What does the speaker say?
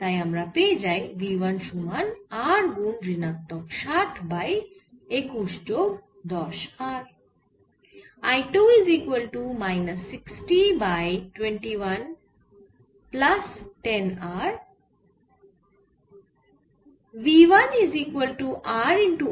তাই আমরা পেয়ে যাই V1 সমান R গুন ঋণাত্মক 60 বাই 21 যোগ 10 R